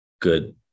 good